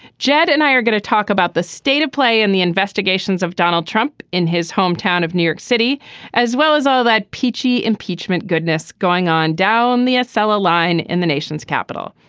jed and i are going to talk about the state of play in the investigations of donald trump in his hometown of new york city as well as all that peachy impeachment goodness going on down the sla line in the nation's capital.